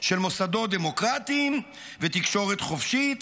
של מוסדות דמוקרטיים ותקשורת חופשית,